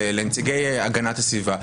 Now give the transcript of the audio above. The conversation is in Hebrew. לנציגי הגנת הסביבה,